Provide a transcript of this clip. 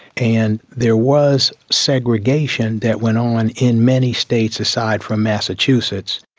and there was segregation that went on in many states aside from massachusetts.